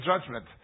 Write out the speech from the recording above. judgment